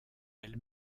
elle